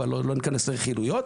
אבל לא ניכנס לרכילויות,